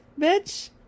Bitch